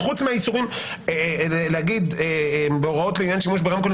חוץ מהאיסור להגיד: בהוראות לעניין שימוש ברמקולים